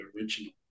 original